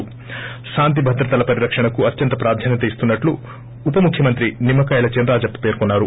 ి స్తాంతిభద్రతల పరిరక్షణకు అత్యంత ప్రాధాన్యత ఇస్తున్సట్టు ఉప ముఖ్యమంత్రి నిమ్మ కాయల చినరాజప్ప పేర్కొన్నారు